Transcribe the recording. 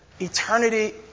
Eternity